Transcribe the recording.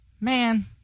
Man